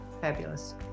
Fabulous